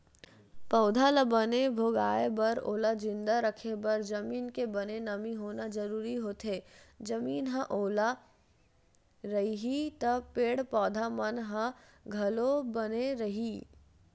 पउधा ल बने भोगाय बर ओला जिंदा रखे बर जमीन के बने नमी होना जरुरी होथे, जमीन ह ओल रइही त पेड़ पौधा मन ह घलो बने रइही